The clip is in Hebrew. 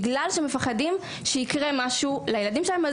בגלל שמפחדים שיקרה משהו לילדים שלהם,